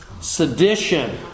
sedition